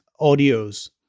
audios